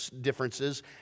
differences